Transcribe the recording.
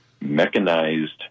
mechanized